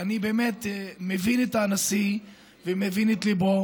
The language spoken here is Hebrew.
אני באמת מבין את הנשיא ומבין את ליבו,